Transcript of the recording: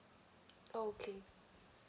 okay